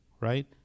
right